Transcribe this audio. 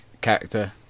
character